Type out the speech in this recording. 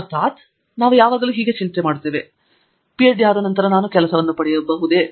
ಅರ್ಥದಲ್ಲಿ ನಾವು ಯಾವಾಗಲೂ ಹೀಗೆ ಚಿಂತೆ ಮಾಡುತ್ತೇವೆ ನಂತರ ನಾನು ಕೆಲಸವನ್ನು ಪಡೆಯುವುದೇ